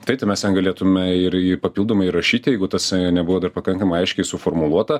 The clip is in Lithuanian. taip tai mes galėtume ir ir papildomai įrašyti jeigu tas nebuvo dar pakankamai aiškiai suformuluota